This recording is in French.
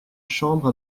chambre